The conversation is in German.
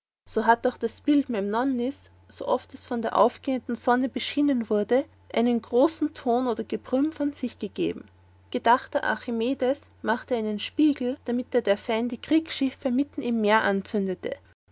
so hat auch das bild memnonis sooft es von der aufgehenden sonne beschienen wurde einen großen ton oder gebrümm von sich geben gedachter archimedes machte einen spiegel damit er der feinde kriegsschiffe mitten im meer anzündete